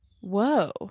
Whoa